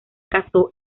casó